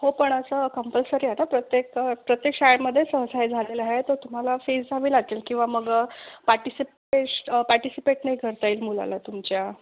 हो पण असं कंपल्सरी आहे ना प्रत्येक प्रत्येक शाळेमध्ये सहसा हे झालेलं आहे तर तुम्हाला फीस भरावी लागेल किंवा मग पार्टिसिपेश पार्टीसिपेट नाही करता येईल मुलाला तुमच्या